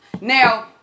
now